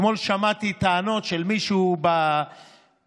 אתמול שמעתי טענות של מישהו בתקשורת